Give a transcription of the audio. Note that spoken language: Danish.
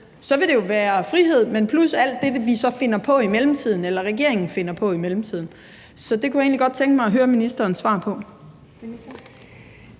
Så vil det jo være frihed, men plus alt det, som regeringen så finder på i mellemtiden. Så det kunne jeg egentlig godt tænke mig at høre ministerens svar på.